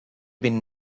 been